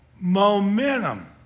Momentum